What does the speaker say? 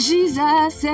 Jesus